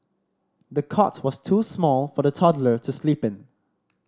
the cot was too small for the toddler to sleep in